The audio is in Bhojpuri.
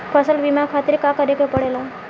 फसल बीमा खातिर का करे के पड़ेला?